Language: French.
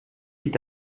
est